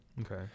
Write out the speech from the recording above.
Okay